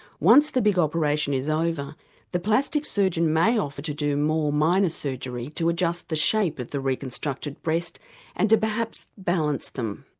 the big operation is over the plastic surgeon may offer to do more minor surgery to adjust the shape of the reconstructed breast and to perhaps balance them.